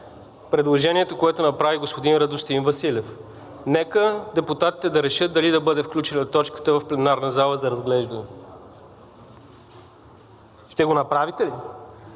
предложението, което направи господин Радостин Василев. Нека депутатите да решат дали да бъде включена точката в пленарна зала за разглеждане. Ще го направите ли?